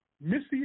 Missy